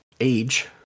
age